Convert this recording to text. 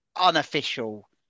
unofficial